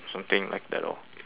something like that lor